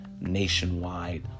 nationwide